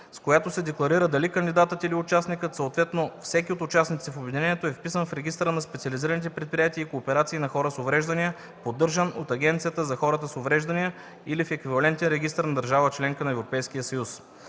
с която се декларира дали кандидатът или участникът, съответно всеки от участниците в обединението, е вписан в регистъра на специализираните предприятия и кооперации на хора с увреждания, поддържан от Агенцията за хората с увреждания, или в еквивалентен регистър на държава – членка на Европейския съюз.